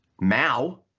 Mao